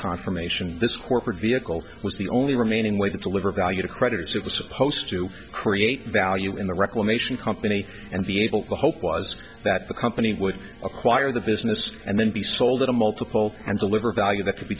confirmation this corporate vehicle was the only remaining way to deliver value to creditors it was supposed to create value in the reclamation company and the hope was that the company would acquire the business and then be sold at a multiple and deliver value that could be